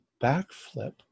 backflip